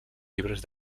llibres